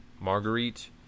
Marguerite